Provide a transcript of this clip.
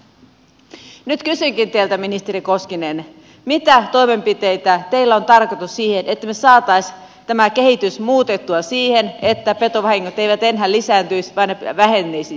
nyt kysynkin teiltä ministeri koskinen mitä toimenpiteitä teillä on tarkoitus käyttää siihen että me saisimme tämän kehityksen muutettua siten että petovahingot eivät enää lisääntyisi vaan ne vähenisivät